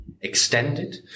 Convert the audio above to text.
extended